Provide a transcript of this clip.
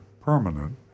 permanent